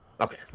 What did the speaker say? Okay